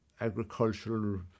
agricultural